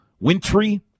wintry